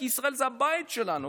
כי ישראל זה הבית שלנו,